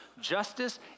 justice